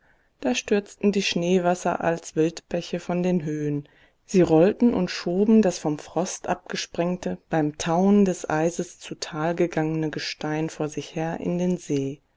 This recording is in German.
da stürzten die schneewasser als wildbäche von den höhen sie rollten und schoben das vom frost abgesprengte beim tauen des eises zu tal gegangene gestein vor sich her in den see